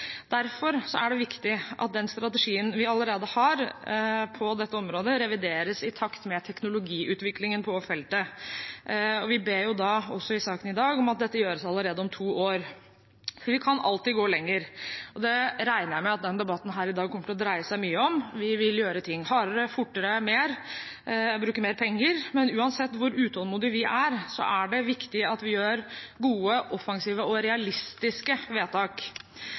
er det viktig at den strategien vi allerede har på dette området, revideres i takt med teknologiutviklingen på feltet. Vi ber i saken i dag om at dette gjøres allerede om to år, for vi kan alltid gå lenger. Det regner jeg med at debatten i dag kommer til å dreie seg mye om. Vi vil gjøre ting hardere, fortere, mer, bruke mer penger, men uansett hvor utålmodige vi er, er det viktig at vi gjør gode, offensive og realistiske vedtak.